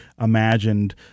imagined